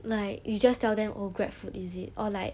like you just tell them oh grab food is it or like